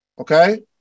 okay